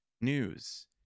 news